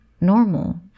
normal